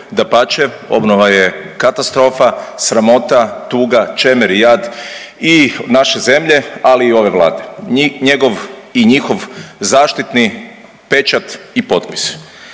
Dapače, obnova je katastrofa, sramota, tuga, čemer i jad i naše zemlje, ali i ove Vlade njegov i njihov zaštitni pečat i potpis.